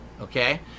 okay